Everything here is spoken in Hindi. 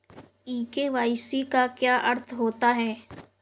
ई के.वाई.सी का क्या अर्थ होता है?